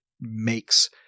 makes